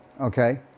okay